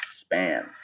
span